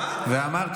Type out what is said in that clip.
אדוני,